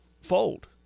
fold